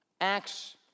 Acts